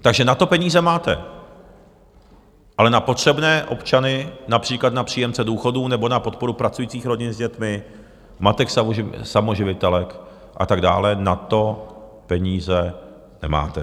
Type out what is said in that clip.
Takže na to peníze máte, ale na potřebné občany, například na příjemce důchodů nebo na podporu pracujících rodin s dětmi, matek samoživitelek a tak dále, na to peníze nemáte.